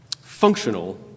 functional